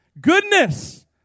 goodness